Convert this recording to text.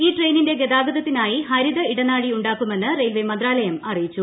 ഈ ട്രെയിനിന്റെ ഗതാഗതത്തിനായി ഹരിത ഇടനാഴി ഉണ്ടാക്കുമെന്ന് റെയിൽവെ മന്ത്രാലയം അറിയിച്ചു